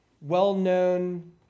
well-known